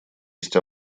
есть